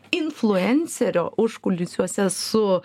influencerio užkulisiuose su